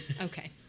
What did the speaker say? Okay